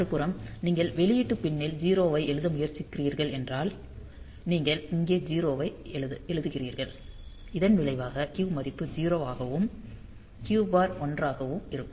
மறுபுறம் நீங்கள் வெளியீட்டு பின் னில் 0 ஐ எழுத முயற்சிக்கிறீர்கள் என்றால் நீங்கள் இங்கே 0 ஐ எழுதுகிறீர்கள் இதன் விளைவாக Q மதிப்பு 0 ஆகவும் Q பார் 1 ஆகவும் இருக்கும்